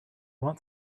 want